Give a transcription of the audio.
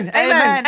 amen